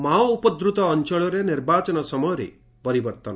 Mao ଉପଦ୍ଦୁତ ଅଞ୍ଞଳରେ ନିର୍ବାଚନ ସମୟରେ ପରିବର୍ଭନ